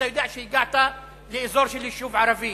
אתה יודע שהגעת לאזור של יישוב ערבי.